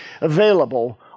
available